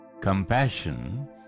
Compassion